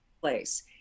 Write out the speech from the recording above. place